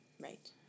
Right